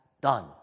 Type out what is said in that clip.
done